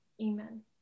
amen